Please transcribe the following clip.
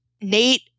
Nate